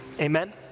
Amen